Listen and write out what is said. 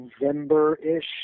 November-ish